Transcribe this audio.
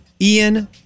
Ian